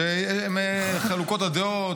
וחלוקות הדעות,